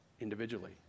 individually